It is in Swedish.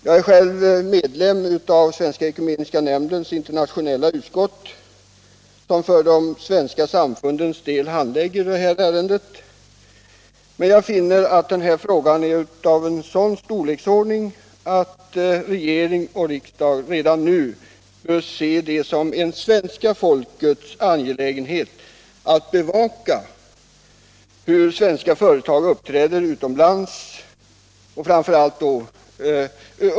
Jag är själv medlem i Svenska ekumeniska nämndens internationella utskott, som för de svenska samfundens del handlägger detta ärende, men jag finner den här frågan vara av en sådan storleksordning att regering och riksdag redan nu bör se det som en svenska folkets angelägenhet att bevaka hur svenska företag uppträder i Sydafrika.